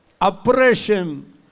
oppression